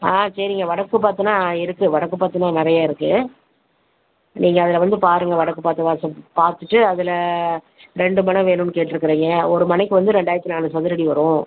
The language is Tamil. ஆ சரிங்க வடக்கு பார்த்துன்னா இருக்குது வடக்கு பார்த்துனா நிறையா இருக்குது நீங்கள் அதில் வந்து பாருங்க வடக்கு பார்த்து வாசல் பார்த்துட்டு அதில் ரெண்டு மனை வேணுன்ன கேட்டுருக்குறீங்க ஒரு மனைக்கு வந்து ரெண்டாயிரத்தி நாலு சதுரடி வரும்